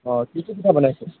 অঁ কি কি পিঠা বনাইছে